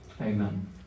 Amen